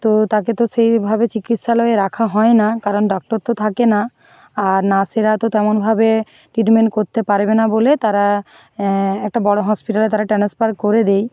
তো তাকে তো সেইভাবে চিকিৎসালয়ে রাখা হয় না কারণ ডক্টর তো থাকে না আর নার্সেরা তো তেমনভাবে ট্রিটমেন্ট করতে পারবে না বলে তারা একটা বড় হসপিটালে তারা ট্রান্স্ফার করে দেয়